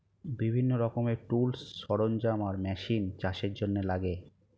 বিভিন্ন রকমের টুলস, সরঞ্জাম আর মেশিন চাষের জন্যে লাগে